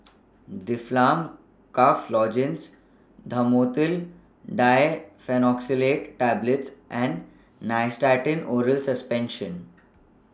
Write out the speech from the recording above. Difflam Cough Lozenges Dhamotil Diphenoxylate Tablets and Nystatin Oral Suspension